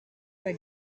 for